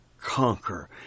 conquer